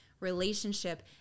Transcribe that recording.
relationship